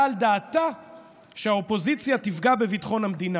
על דעתה שהאופוזיציה תפגע בביטחון המדינה.